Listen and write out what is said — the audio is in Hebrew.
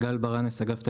גל ברנס, אגף תקציבים.